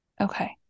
Okay